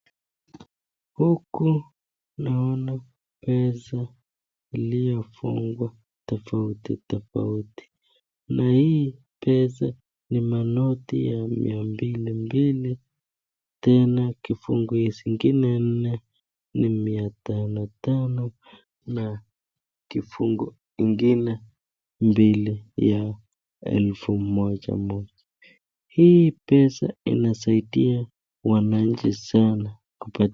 Huku naona pesa iliyofungwa tofauti tofauti. Na hii pesa ni manoti ya mia mbilimbili, tena kifungu zingine nne ni mia tano tano. Na kifungu ingine mbili ya elfu moja moja. Hii pesa inasaidia wananchi sanaa kupata